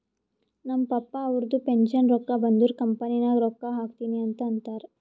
ನಮ್ ಪಪ್ಪಾ ಅವ್ರದು ಪೆನ್ಷನ್ ರೊಕ್ಕಾ ಬಂದುರ್ ಕಂಪನಿ ನಾಗ್ ರೊಕ್ಕಾ ಹಾಕ್ತೀನಿ ಅಂತ್ ಅಂತಾರ್